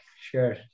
sure